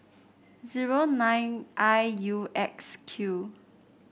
zero nine I U X Q